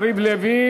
תודה לשר יריב לוין.